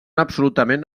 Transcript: absolutament